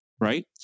Right